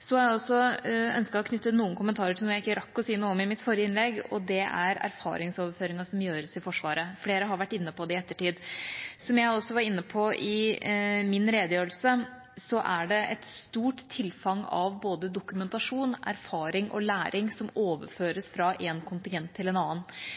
Så ønsker jeg å knytte noen kommentarer til noe jeg ikke rakk å si noe om i mitt forrige innlegg, og det er den erfaringsoverføringen som gjøres i Forsvaret. Flere har vært inne på det i ettertid. Som jeg også var inne på i min redegjørelse, er det et stort tilfang både av dokumentasjon, erfaring og læring som overføres fra en kontingent til en annen.